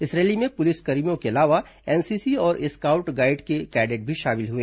इस रैली में पुलिसकर्मियों के अलावा एनसीसी और स्काउड गाइड के कैडेट शामिल हुए